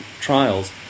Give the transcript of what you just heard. trials